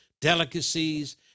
delicacies